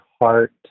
heart